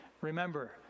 Remember